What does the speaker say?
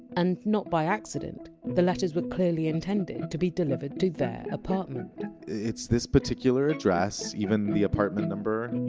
and not by accident. the letters were clearly intended to be delivered to their apartment it's this particular address, even the apartment number,